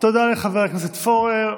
תודה לחבר הכנסת פורר.